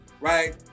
right